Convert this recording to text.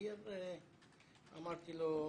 אמרתי לו,